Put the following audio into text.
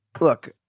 look